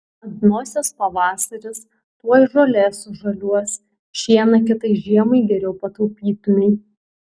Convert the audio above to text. ant nosies pavasaris tuoj žolė sužaliuos šieną kitai žiemai geriau pataupytumei